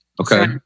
Okay